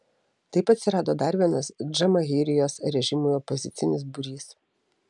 taip atsirado dar vienas džamahirijos režimui opozicinis būrys